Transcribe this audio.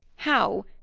how,